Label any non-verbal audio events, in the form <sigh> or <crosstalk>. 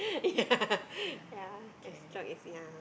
yeah <laughs> yeah as long as yeah